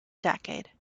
decade